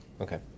Okay